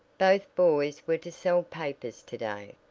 both boys were to sell papers to-day,